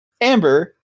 amber